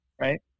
Right